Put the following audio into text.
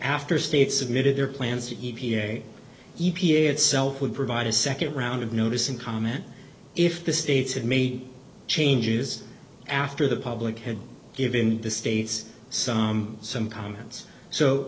after states submitted their plans e t a e p a itself would provide a second round of notice and comment if the states had made changes after the public had given the states some some comments